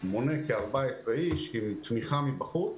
הוא מונה כ-14 איש עם תמיכה מבחוץ.